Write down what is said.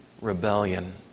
rebellion